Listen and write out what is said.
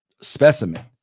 specimen